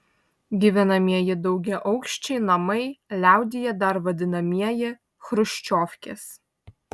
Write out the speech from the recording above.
gyvenamieji daugiaaukščiai namai liaudyje dar vadinamieji chruščiovkės